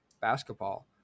basketball